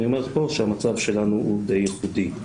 אני אומר פה שהמצב שלנו הוא די ייחודי.